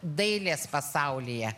dailės pasaulyje